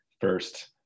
first